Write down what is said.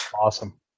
Awesome